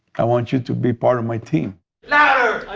i want you to be part of my team. louder!